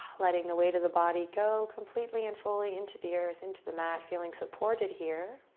letting the weight of the body go completely and fully into the earth into the mat feeling supported here.